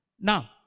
Now